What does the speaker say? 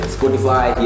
Spotify